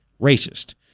racist